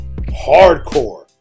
Hardcore